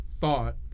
thought